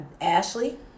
Ashley